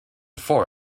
four